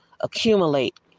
accumulate